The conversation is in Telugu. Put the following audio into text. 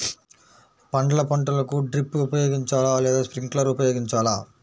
పండ్ల పంటలకు డ్రిప్ ఉపయోగించాలా లేదా స్ప్రింక్లర్ ఉపయోగించాలా?